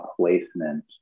placement